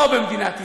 פה, במדינת ישראל.